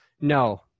No